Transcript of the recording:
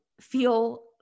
feel